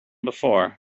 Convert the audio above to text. before